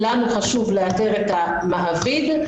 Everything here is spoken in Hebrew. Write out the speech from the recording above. לנו חשוב לאתר את המעביד,